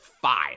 Five